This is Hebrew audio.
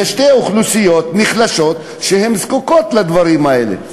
כי אלה שתי אוכלוסיות מוחלשות שזקוקות לדברים האלה.